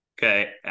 Okay